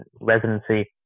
residency